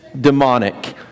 demonic